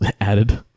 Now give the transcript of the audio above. added